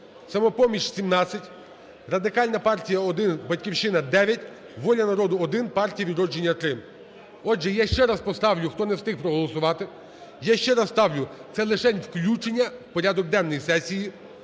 "Самопоміч" – 17, Радикальна партія – 1, "Батьківщина" – 9, "Воля народу" – 1, "Партія "Відродження" – 3. Отже, я ще раз поставлю, хто не встиг проголосувати. Я ще раз ставлю. Це лишень включення в порядок денний сесії